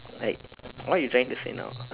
like what you trying to say now